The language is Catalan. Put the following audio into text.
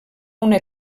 una